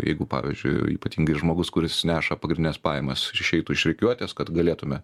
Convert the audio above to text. jeigu pavyzdžiui ypatingai žmogus kuris neša pagrindines pajamas išeitų iš rikiuotės kad galėtume